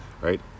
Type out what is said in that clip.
Right